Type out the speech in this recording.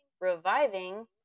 reviving